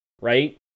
right